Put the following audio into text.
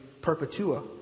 Perpetua